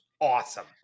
awesome